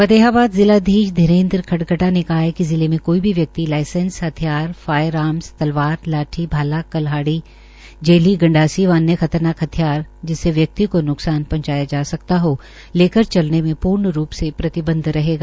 फतेहबाद जिलाधीश धीवेन्द्र खडगटा ने कहा कि जिले में कोई भी व्यक्ति लाइसेंस हिथयार फायर आर्मस तलवार लाठी भाला कल्हाड़ी जेली गंडासी व अन्य खतरनाक हिथयार जिससे व्यकित को न्कसान पहुंचाया जा सकता है लेकर चलने मे पूर्ण रूप से प्रतिबंध रहेगा